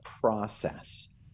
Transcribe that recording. process